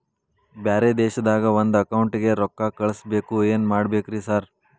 ಬ್ಯಾರೆ ದೇಶದಾಗ ಒಂದ್ ಅಕೌಂಟ್ ಗೆ ರೊಕ್ಕಾ ಕಳ್ಸ್ ಬೇಕು ಏನ್ ಮಾಡ್ಬೇಕ್ರಿ ಸರ್?